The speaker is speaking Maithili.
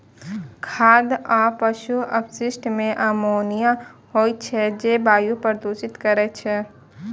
खाद आ पशु अवशिष्ट मे अमोनिया होइ छै, जे वायु कें प्रदूषित करै छै